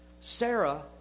Sarah